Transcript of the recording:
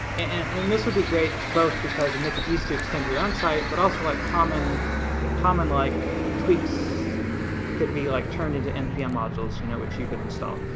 and this would be great both because it'd and make it easier to extend your own site but also like common common like tweaks could be like turned into npm modules, you know which you could install.